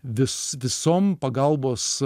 vis visom pagalbos